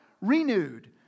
renewed